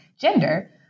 gender